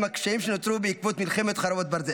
הקשיים שנוצרו בעקבות מלחמת חרבות ברזל,